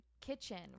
kitchen